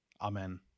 Amen